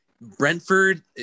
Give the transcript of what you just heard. Brentford